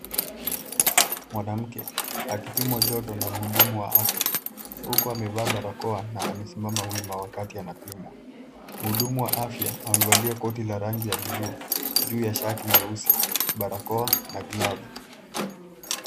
Mwanamke akipimwa joto na mhudumu wa afya huku amevaa barakoa na amesimama wima wakati anapimwa. Mhudumu wa afya amevalia koti la rangi ya buluu juu ya shati nyeusi, barakoa na glavu.